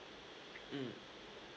mm